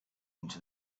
into